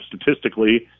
statistically